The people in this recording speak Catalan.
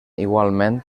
igualment